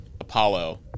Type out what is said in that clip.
Apollo